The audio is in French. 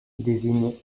désigne